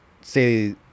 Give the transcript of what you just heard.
say